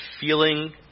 feeling